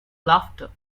laughter